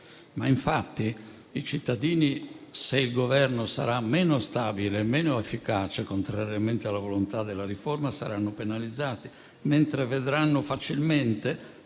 rispetto. I cittadini, se il Governo sarà meno stabile e meno efficace, contrariamente alla volontà della riforma, saranno penalizzati, mentre vedranno facilmente